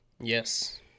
Yes